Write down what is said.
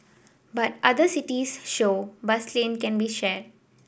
but other cities show bus lane can be shared